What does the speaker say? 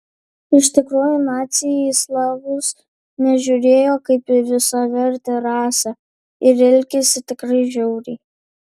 iš tikrųjų naciai į slavus nežiūrėjo kaip į visavertę rasę ir elgėsi tikrai žiauriai